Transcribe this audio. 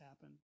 happen